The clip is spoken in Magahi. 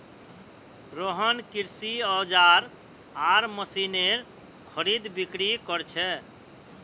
रोहन कृषि औजार आर मशीनेर खरीदबिक्री कर छे